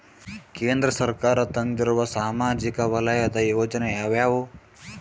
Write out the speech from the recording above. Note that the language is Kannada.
ಕೇಂದ್ರ ಸರ್ಕಾರ ತಂದಿರುವ ಸಾಮಾಜಿಕ ವಲಯದ ಯೋಜನೆ ಯಾವ್ಯಾವು?